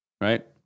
right